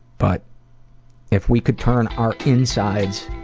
but if we could turn our insides,